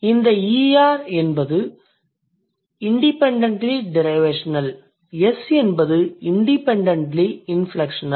இதில் Er என்பது independently derivational s என்பது இண்டிபெண்டண்ட்லி இன்ஃப்லெக்ஷனல்